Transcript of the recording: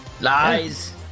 Lies